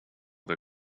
the